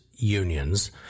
unions